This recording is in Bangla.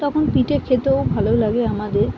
তখন পিঠে খেতেও ভালো লাগে আমাদের